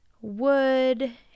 wood